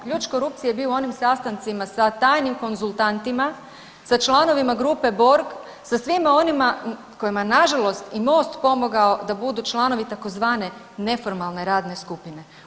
Ključ korupcije je bio u onim sastancima sa tajnim konzultantima sa članovima grupe Borg, sa svima onima kojima na žalost je i Most pomogao da budu članovi tzv. neformalne radne skupine.